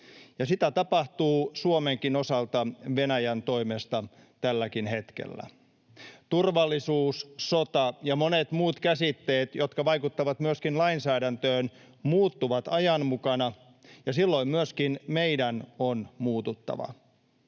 Sitä tapahtuu Suomenkin osalta Venäjän toimesta tälläkin hetkellä. Turvallisuus, sota ja monet muut käsitteet, jotka vaikuttavat myöskin lainsäädäntöön, muuttuvat ajan mukana, ja silloin myöskin meidän on muututtava.